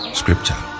scripture